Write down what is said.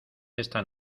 esta